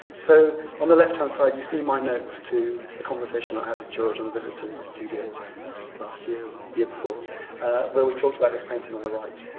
so on the left-hand-side you see my notes to the conversation i have with george on a visit to his studio last year, year before where we talked about this painting on the right.